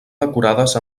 decorades